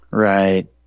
Right